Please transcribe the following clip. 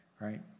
right